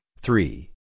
three